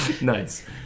Nice